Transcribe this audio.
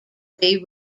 three